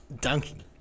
dunking